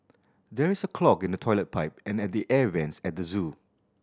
there is a clog in the toilet pipe and at the air vents at the zoo